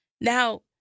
Now